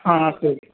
हा अस्तु अस्तु